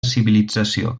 civilització